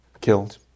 killed